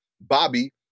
Bobby